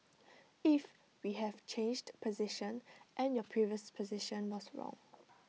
if we have changed position and your previous position was wrong